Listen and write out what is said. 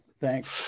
Thanks